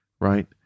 right